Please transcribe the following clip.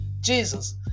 Jesus